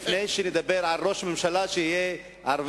לפני שנדבר על ראש ממשלה ערבי,